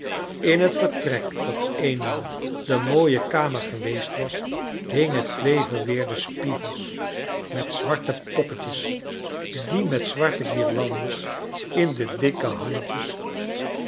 in het vertrek dat eenmaal de mooie kamer geweest was hingen twee verweerde spiegels met zwarfce poppetjes die met zwarte guirlandes in de dikke handjes